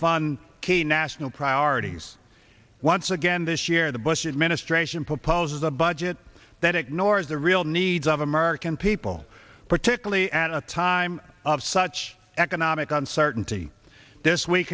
key national priorities once again this year the bush administration proposes a budget that ignores the real needs of american people particularly at a time of such economic uncertainty this week